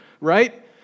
right